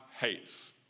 Hates